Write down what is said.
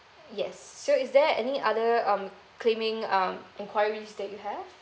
yes so is there any other um claiming um enquiries that you have